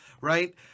Right